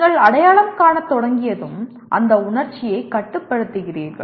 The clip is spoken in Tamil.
நீங்கள் அடையாளம் காணத் தொடங்கியதும் அந்த உணர்ச்சியைக் கட்டுப்படுத்துகிறீர்கள்